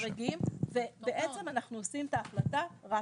אנחנו לומדים ומשתדרגים ובעצם אנחנו עושים את ההחלטה רק על סמך זה.